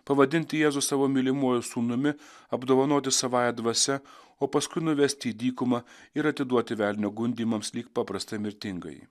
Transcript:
pavadinti jėzų savo mylimuoju sūnumi apdovanoti savąja dvasia o paskui nuvesti į dykumą ir atiduoti velnio gundymams lyg paprastą mirtingąjį